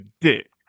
dick